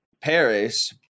Paris